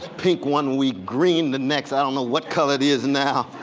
pink one week, green the next. i don't know what color it is now,